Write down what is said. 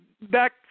back